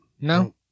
No